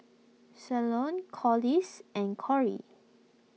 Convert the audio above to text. Cleone Corliss and Corie